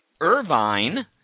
Irvine